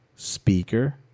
Speaker